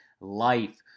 life